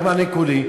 רק מענה קולי,